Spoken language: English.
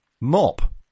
Mop